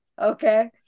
okay